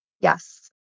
Yes